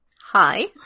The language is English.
Hi